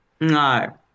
No